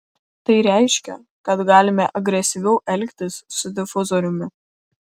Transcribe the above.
tai reiškia kad galime agresyviau elgtis su difuzoriumi